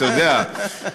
אתה יודע,